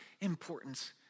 importance